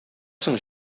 соң